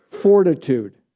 fortitude